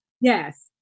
Yes